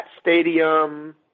stadium